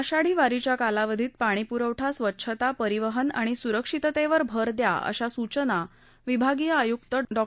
आषाढी वारीच्या कालावधीत पाणी पुरवठा स्वच्छता परिवहन आणि सुरक्षिततेवर भर द्या अशा सूचना विभागीय आयुक्त डॉ